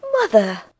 mother